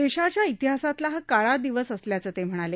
देशाच्या इतिहासातला हा काळा दिवस असल्याचं ते म्हणाले